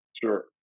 Sure